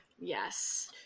yes